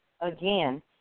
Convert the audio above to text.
again